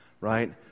right